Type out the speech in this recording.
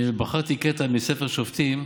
בחרתי קטע מספר שופטים,